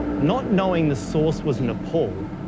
not knowing the source was nepal,